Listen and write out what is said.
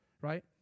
Right